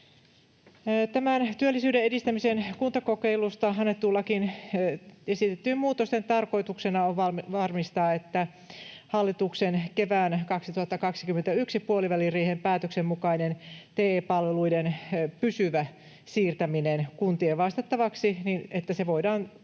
Näiden työllisyyden edistämisen kuntakokeilusta annettuun lakiin esitettyjen muutosten tarkoituksena on varmistaa, että hallituksen kevään 2021 puoliväliriihen päätöksen mukainen TE-palveluiden pysyvä siirtäminen kuntien vastattavaksi voidaan toteuttaa